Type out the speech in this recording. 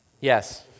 yes